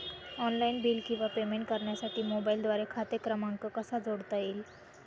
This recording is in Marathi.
ऑनलाईन बिल किंवा पेमेंट करण्यासाठी मोबाईलद्वारे खाते क्रमांक कसा जोडता येईल?